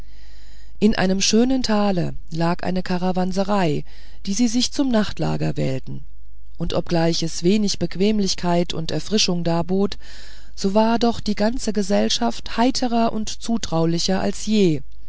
in einem schönen tale lag eine karawanserei die sie sich zum nachtlager wählten und obgleich es wenig bequemlichkeit und erfrischung darbot so war doch die ganze gesellschaft heiterer und zutraulicher als je